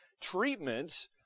treatment